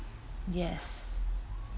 yes